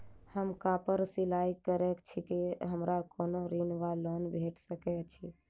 हम कापड़ सिलाई करै छीयै हमरा कोनो ऋण वा लोन भेट सकैत अछि?